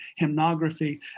hymnography